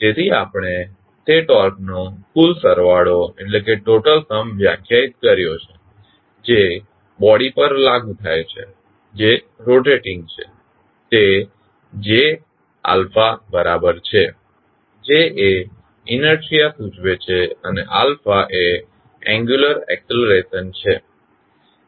તેથી આપણે તે ટોર્કનો કુલ સરવાળો વ્યાખ્યાયિત કર્યો છે જે બોડી પર લાગુ થાય છે જે રોટેટીંગ છે તે Jα બરાબર છે J એ ઇનેર્શીઆ સૂચવે છે અને એ એંગ્યુલર એક્સ્લરેશન છે